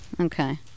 Okay